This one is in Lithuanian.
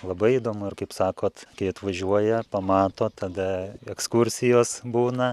labai įdomu ir kaip sakot kai atvažiuoja pamato tada ekskursijos būna